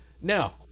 Now